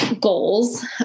goals